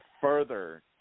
further